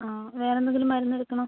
അ വേറെ എന്തെങ്കിലും മരുന്ന് എടുക്കണോ